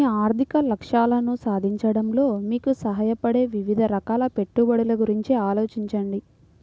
మీ ఆర్థిక లక్ష్యాలను సాధించడంలో మీకు సహాయపడే వివిధ రకాల పెట్టుబడుల గురించి ఆలోచించండి